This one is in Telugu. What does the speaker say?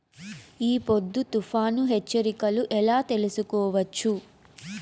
ఈ పొద్దు తుఫాను హెచ్చరికలు ఎలా తెలుసుకోవచ్చు?